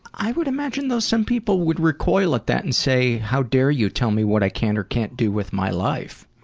i would imagine, though, some people would recoil at that and say, how dare you tell me what i can or can't do with my life!